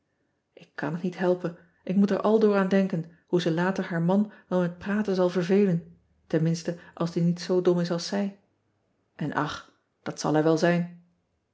k kan het niet helpen ik moet er aldoor aan denken hoe ze later haar man wel met praten zal vervelen tenminste als die niet zoo dom is als zij n ach dat zal hij wel zijn